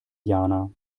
jana